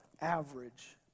average